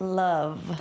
love